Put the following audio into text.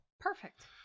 Perfect